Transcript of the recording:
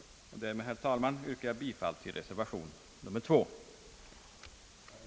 Därmed, herr talman, yrkar jag bifall till reservation nr 2.